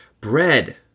bread